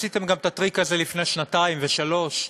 ועשיתם את הטריק הזה לפני שנתיים ושלוש.